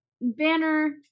Banner